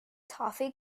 toffee